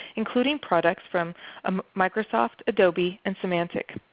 including products from um microsoft, adobe, and symantec.